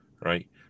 right